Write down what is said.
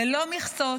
ללא מכסות,